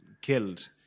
killed